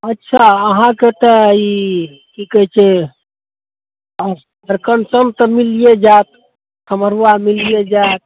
अच्छा अहाँके तऽ ई की कहै छै अरिकंचन तऽ मिलिए जायत खमरुआ मिलिए जायत